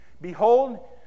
Behold